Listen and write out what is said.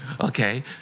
Okay